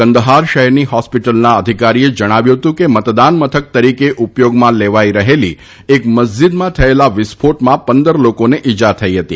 કંદહાર શહેરની હોસ્પિટલના અધિકારીએ જણાવ્યું હતું કે મતદાન મથક તરીકે ઉપયોગમાં લેવાઇ રહેલી એક મસ્જિદમાં થયેલા વિસ્ફોટમાં પંદર લોકોને ઇજા થઇ હતી